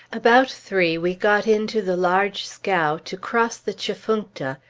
about three we got into the large scow to cross the tchefuncta,